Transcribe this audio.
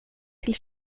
till